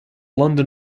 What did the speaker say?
london